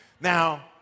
Now